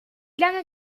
lange